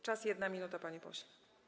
Czas - 1 minuta, panie pośle.